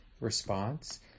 response